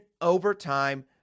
overtime